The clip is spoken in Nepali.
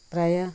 प्रायः